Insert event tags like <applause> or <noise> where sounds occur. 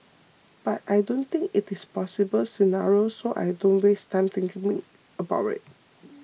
but I don't think it is possible scenario so I don't waste time thinking me about we <noise>